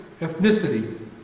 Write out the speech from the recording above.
ethnicity